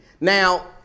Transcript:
Now